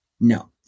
no